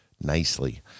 nicely